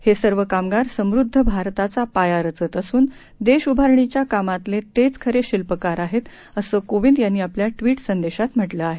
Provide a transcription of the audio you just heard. हे सर्व कामगार समृद्ध भारताचा पाया रचत असून देश उभारणीच्या कामातले तेच खरे शिल्पकार आहेत असं कोविंद यांनी आपल्या ट्विटर संदेशात म्हटलं आहे